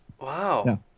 Wow